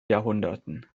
jahrhunderten